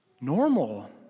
normal